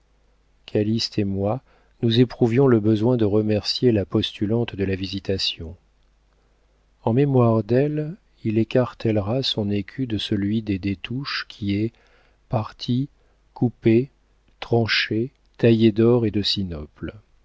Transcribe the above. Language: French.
et moi nous éprouvions le besoin de remercier la postulante de la visitation en mémoire d'elle il écartèlera son écu de celui des des touches qui est parti coupé tranché taillé d'or et de